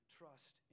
trust